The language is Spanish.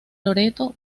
loreto